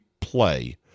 play